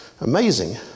amazing